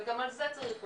וגם על זה צריך לדבר.